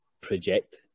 project